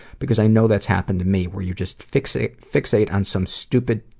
because i know that's happened to me where you just fixate fixate on some stupid,